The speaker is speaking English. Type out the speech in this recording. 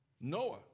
Noah